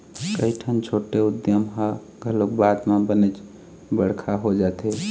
कइठन छोटे उद्यम ह घलोक बाद म बनेच बड़का हो जाथे